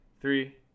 three